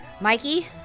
Mikey